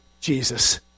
Jesus